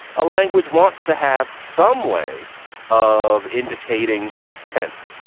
a language wants to have some way of indicating tense,